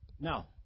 No